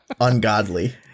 Ungodly